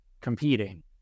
competing